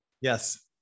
Yes